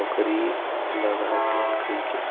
बखरी लगातेन कहिके